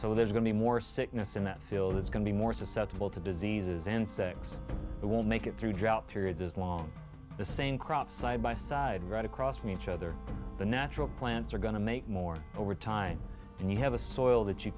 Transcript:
so there's going to be more sickness in that field it's going to be more susceptible to diseases and six it will make it through drought periods as long as same crops side by side right across from each other the natural plants are going to make more over time and you have a soil that you